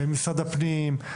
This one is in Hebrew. במשרד הפנים,